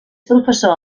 professor